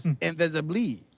invisibly